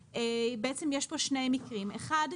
יש פה שני מקרים: אחד,